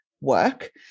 work